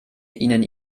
ihnen